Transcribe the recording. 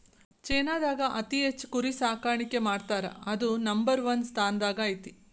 ಚೇನಾದಾಗ ಅತಿ ಹೆಚ್ಚ್ ಕುರಿ ಸಾಕಾಣಿಕೆ ಮಾಡ್ತಾರಾ ಅದು ನಂಬರ್ ಒನ್ ಸ್ಥಾನದಾಗ ಐತಿ